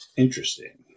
Interesting